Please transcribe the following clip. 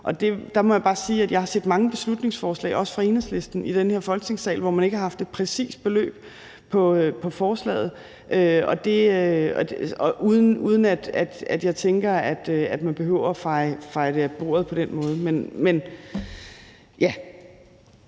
Og der må jeg bare sige, at jeg har set mange beslutningsforslag – også fra Enhedslisten – i den her Folketingssal, hvor man ikke har haft et præcist beløb på forslaget. Og der behøver man ikke, tænker jeg, at feje det af bordet på den måde. Kl.